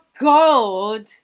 God